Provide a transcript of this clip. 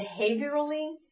behaviorally